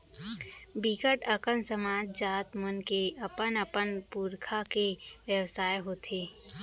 बिकट अकन समाज, जात मन के अपन अपन पुरखा के बेवसाय हाथे